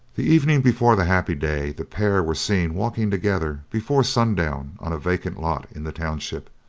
the evening before the happy day the pair were seen walking together before sundown on a vacant lot in the township,